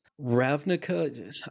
Ravnica